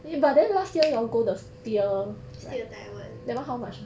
steer taiwan